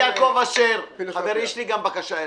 יש לי בקשה אליכם.